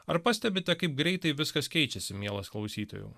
ar pastebite kaip greitai viskas keičiasi mielas klausytojau